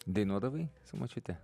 dainuodavai su močiute